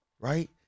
right